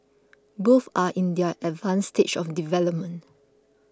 both are in their advanced stage of development